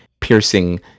piercing